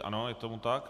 Ano, je tomu tak.